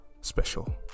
Special